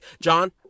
john